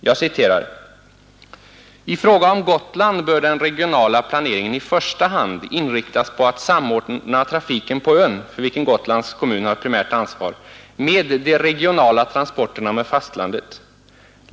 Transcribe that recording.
Jag citerar: ”I fråga om Gotland bör den regionala planeringen i första hand inriktas på att samordna trafiken på ön — för vilken Gotlands kommun har ett primärt ansvar — med de regionala transporterna till fastlandet.